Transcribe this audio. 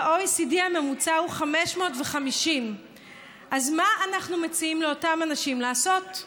ב-OECD הממוצע הוא 550. אז מה אנחנו מציעים לאותם אנשים לעשות?